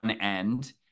end